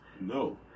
No